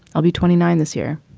i'll be twenty nine this year.